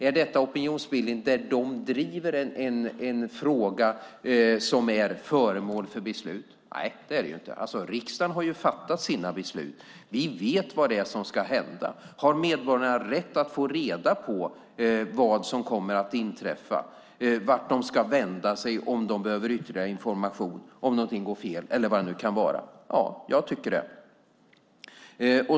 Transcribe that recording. Är detta opinionsbildning där de driver en fråga som är föremål för beslut? Nej, det är det inte. Riksdagen har fattat sina beslut. Vi vet vad det är som ska hända. Har medborgarna rätt att få reda på vad som kommer att inträffa och vart de ska vända sig om de behöver ytterligare information om någonting går fel eller vad det nu kan vara? Ja, jag tycker det.